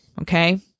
okay